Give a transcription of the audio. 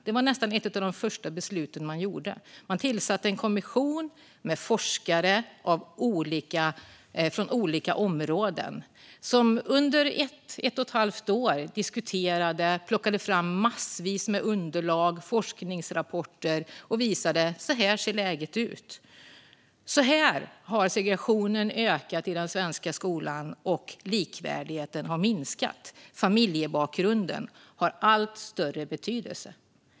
Det var ett av de första besluten man fattade. Man tillsatte en kommission med forskare från olika områden som under ett och ett halvt år diskuterade, plockade fram massvis med underlag och forskningsrapporter och visade att så här ser läget ut. Så här har segregationen i den svenska skolan ökat och likvärdigheten minskat. Familjebakgrunden har allt större betydelse.